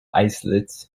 islets